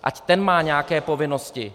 Ať ten má nějaké povinnosti.